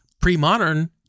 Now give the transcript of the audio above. Pre-modern